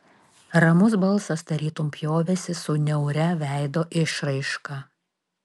ramus balsas tarytum pjovėsi su niauria veido išraiška